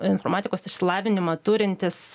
informatikos išsilavinimą turintys